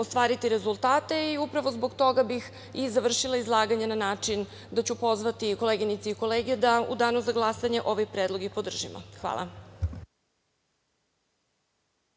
ostvariti rezultate. Upravo zbog toga bih i završila izlaganje na način da ću pozvati koleginice i kolege da u danu za glasanje ovaj predlog i podržimo. Hvala.